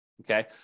Okay